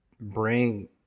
bring